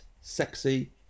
sexy